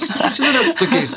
susiduriat su tokiais